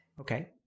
Okay